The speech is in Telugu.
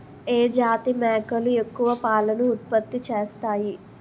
ఏ జాతి మేకలు ఎక్కువ పాలను ఉత్పత్తి చేస్తాయి?